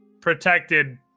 protected